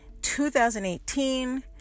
2018